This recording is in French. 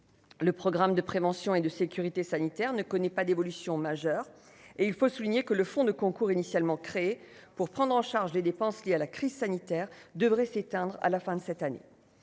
le programme de prévention et de sécurité sanitaire ne connaît pas d'évolution majeure et il faut souligner que le fonds de concours initialement créé pour prendre en charge les dépenses liées à la crise sanitaire devrait s'éteindre à la fin de cette année,